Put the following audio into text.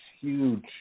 huge